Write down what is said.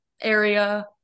area